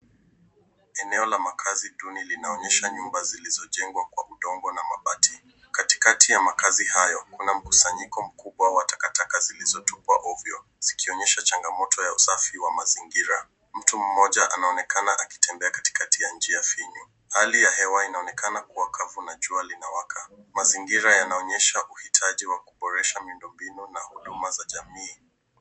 Eneo la makazi duni linaonyesha nyumba zilizojengwa kwa udongo na mabati. Katikati ya makazi hayo kuna mkusanyiko mkubwa wa takataka zilizotupwa ovyo zikionyesha changamoto ya usafi wa mazingira. Mtu mmoja anaonekana akitembea katikati ya njia finyu. Hali ya hewa inaonekana kuwa kavu na jua linawaka. Mazingira yanaonyesha uhitaji wa kuboresha miundombinu na huduma za jamii.